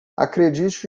acredite